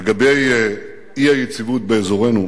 לגבי אי-היציבות באזורנו,